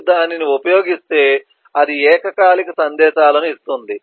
మీరు దానిని ఉపయోగిస్తే అది ఏకకాలిక సందేశాలను ఇస్తుంది